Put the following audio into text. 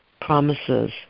promises